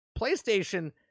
PlayStation